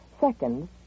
Second